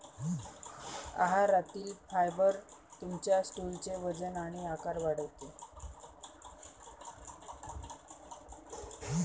आहारातील फायबर तुमच्या स्टूलचे वजन आणि आकार वाढवते